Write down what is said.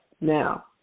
Now